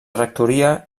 rectoria